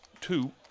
two